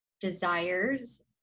desires